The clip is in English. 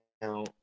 Now